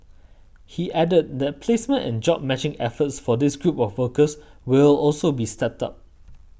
he added that placement and job matching efforts for this group of workers will also be stepped up